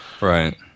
Right